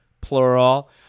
plural